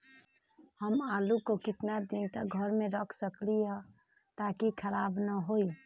हम आलु को कितना दिन तक घर मे रख सकली ह ताकि खराब न होई?